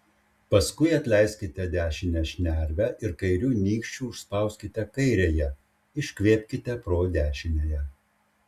paskui atleiskite dešinę šnervę ir kairiu nykščiu užspauskite kairiąją iškvėpkite pro dešiniąją